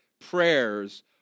prayers